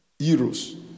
euros